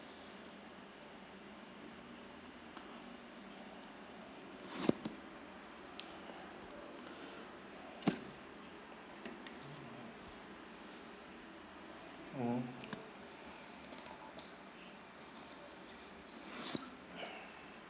mm